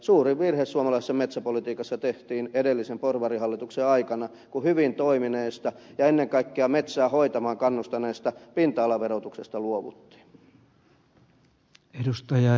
suuri virhe suomalaisessa metsäpolitiikassa tehtiin edellisen porvarihallituksen aikana kun hyvin toimineesta ja ennen kaikkea metsää hoitamaan kannustaneesta pinta alaverotuksesta luovuttiin